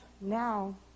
now